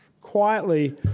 quietly